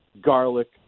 garlic